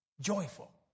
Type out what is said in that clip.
joyful